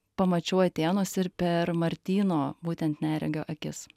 pamačiau atėnus ir per martyno būtent neregio akis